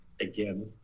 again